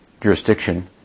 jurisdiction